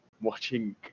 watching